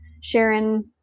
Sharon